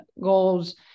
goals